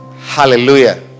hallelujah